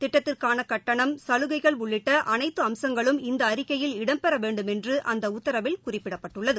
திட்டத்திற்காளகட்டணம் சலுகைகள் உள்ளிட்டஅனைத்துஅம்சங்களும் இந்தஅறிக்கையில் இடம் பெறவேண்டும் என்றுஅந்தஉத்தரவில் குறிப்பிடப்பட்டுள்ளது